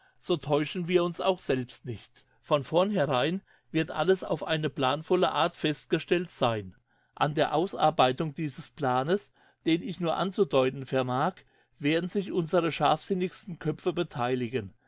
so täuschen wir uns auch selbst nicht von vornherein wird alles auf eine planvolle art festgestellt sein an der ausarbeitung dieses planes den ich nur anzudeuten vermag werden sich unsere scharfsinnigsten köpfe betheiligen